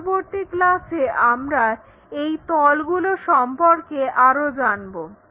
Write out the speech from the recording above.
পরবর্তী ক্লাসে আমরা এই তলগুলো সম্পর্কে আরো জানবো